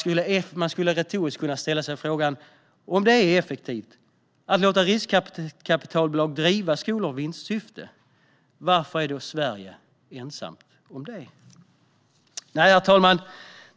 Retoriskt skulle man kunna fråga: Om det är effektivt att låta riskkapitalbolag driva skolor i vinstsyfte, varför är då Sverige ensamt om det? Herr talman!